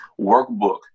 workbook